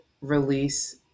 release